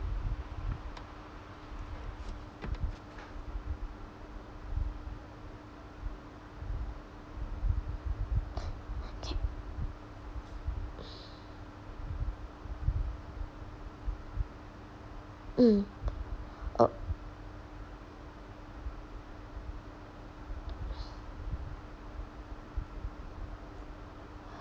mm oh